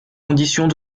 conditions